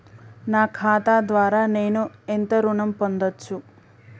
నా ఖాతా ద్వారా నేను ఎంత ఋణం పొందచ్చు?